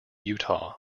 utah